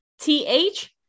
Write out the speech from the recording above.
T-H